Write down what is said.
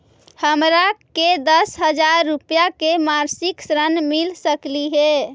हमरा के दस हजार रुपया के मासिक ऋण मिल सकली हे?